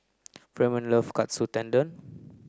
Fremont love Katsu Tendon